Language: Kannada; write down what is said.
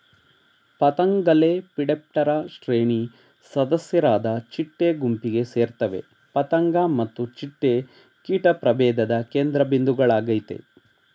ಪತಂಗಲೆಪಿಡಾಪ್ಟೆರಾ ಶ್ರೇಣಿ ಸದಸ್ಯರಾದ ಚಿಟ್ಟೆ ಗುಂಪಿಗೆ ಸೇರ್ತವೆ ಪತಂಗ ಮತ್ತು ಚಿಟ್ಟೆ ಕೀಟ ಪ್ರಭೇಧದ ಕೇಂದ್ರಬಿಂದುಗಳಾಗಯ್ತೆ